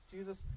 Jesus